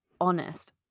honest